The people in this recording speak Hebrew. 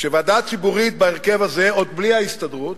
שוועדה ציבורית בהרכב הזה, עוד בלי ההסתדרות,